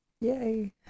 Yay